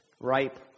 ripe